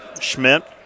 Schmidt